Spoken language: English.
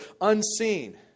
unseen